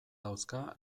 dauzka